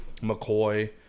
McCoy